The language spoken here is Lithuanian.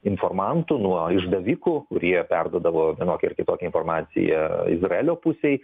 informantų nuo išdavikų kurie perduodavo vienokią ar kitokią informaciją izraelio pusei